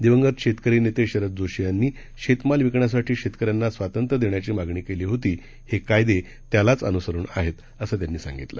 दिवंगत शेतकरी नेते शरद जोशी यांनी शेतमाल विकण्यासाठी शेतकन्यांना स्वातंत्र्य द्यायची मागणी केली होती हे कायदे त्यालाच अनुसरून आहेत असं त्यांनी सांगितलं